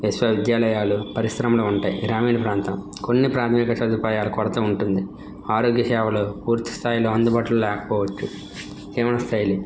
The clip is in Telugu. విశ్వవిద్యాలయాలు పరిశ్రమలు ఉంటాయ్ గ్రామీణ ప్రాంతం కొన్ని ప్రాథమిక సదుపాయాలు కొరత ఉంటుంది ఆరోగ్య సేవలు పూర్తిస్థాయిలో అందుబాటులో లేకపోవచ్చు జీవన శైలి